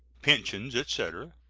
pensions, etc,